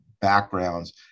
backgrounds